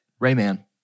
Rayman